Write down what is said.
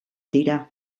dira